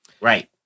Right